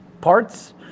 parts